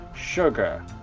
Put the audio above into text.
Sugar